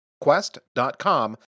quest.com